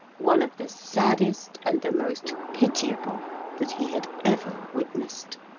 one of the saddest and the most pitiable that he had ever witnessed.